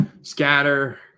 Scatter